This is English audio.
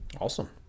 Awesome